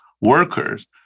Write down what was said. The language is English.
workers